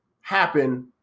happen –